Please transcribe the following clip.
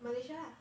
malaysia ah